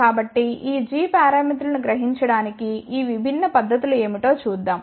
కాబట్టి ఈ g పారామితులను గ్రహించడానికి ఈ విభిన్న పద్ధతులు ఏమిటో చూద్దాం